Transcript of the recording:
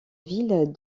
ville